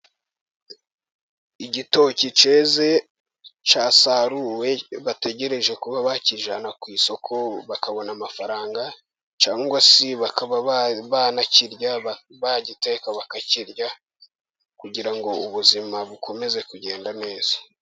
Igitoki cyeze cyasaruwe, bategereje kuba bakijyana ku isoko bakabona amafaranga, cyangwa se bakaba bakirya bagiteka bakakirya, kugira ngo ubuzima bukomeze kugenda neza.